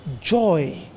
joy